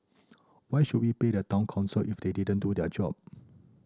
why should we pay the Town Council if they didn't do their job